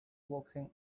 boxing